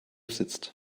sitzt